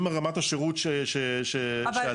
עם רמת השירות שעלתה --- רגע,